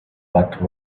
but